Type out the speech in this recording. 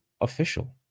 official